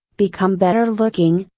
become better looking,